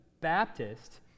Baptist